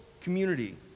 community